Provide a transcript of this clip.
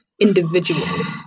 individuals